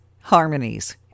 Harmonies